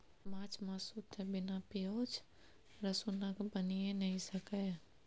माछ मासु तए बिना पिओज रसुनक बनिए नहि सकैए